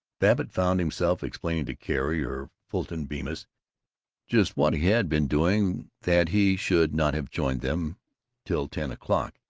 babbitt found himself explaining to carrie or fulton bemis just what he had been doing that he should not have joined them till ten o'clock,